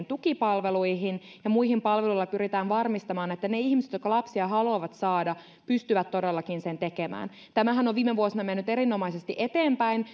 tukipalveluihin ja muihin palveluihin joilla pyritään varmistamaan että ne ihmiset jotka lapsia haluavat saada pystyvät todellakin sen tekemään tämähän on viime vuosina mennyt erinomaisesti eteenpäin